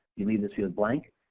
you leave this field blank.